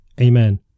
Amen